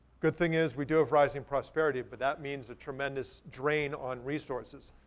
good thing is we do have rising prosperity, but that means a tremendous drain on resources.